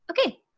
Okay